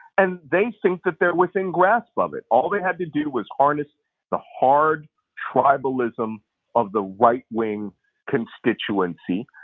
and they think that they're within grasp of it. all they had to do was harness the hard tribalism of the right-wing constituency,